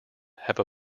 have